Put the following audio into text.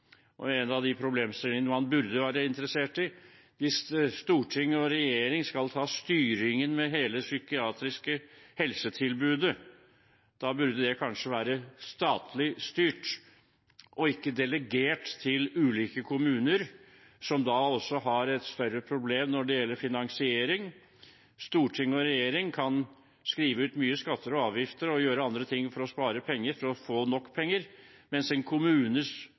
og med at den er kommunal, og det er en av de problemstillingene man burde være interessert i. Hvis storting og regjering skal ha styringen med hele det psykiatriske helsetilbudet, burde det kanskje være statlig styrt og ikke delegert til ulike kommuner, som da også har et større problem når det gjelder finansiering. Storting og regjering kan skrive ut mange skatter og avgifter og gjøre andre ting for å spare penger for å få nok penger, mens en kommunes